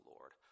Lord